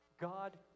God